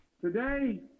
Today